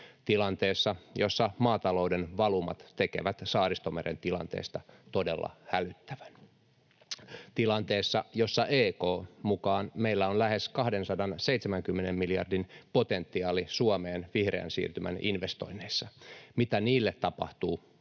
tilanteessa, jossa maatalouden valumat tekevät Saaristomeren tilanteesta todella hälyttävän; tilanteessa, jossa EK:n mukaan meillä on lähes 270 miljardin potentiaali Suomeen vihreän siirtymän investoinneissa. Mitä niille tapahtuu,